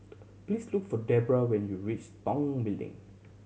please look for Debrah when you reach Tong Building